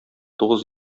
тугыз